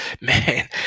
Man